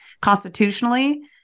constitutionally